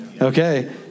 Okay